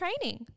training